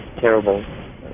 terrible